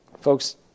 Folks